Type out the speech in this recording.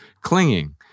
clinging